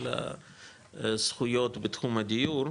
של זכויות בתחום הדיור,